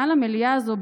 במליאה הזאת,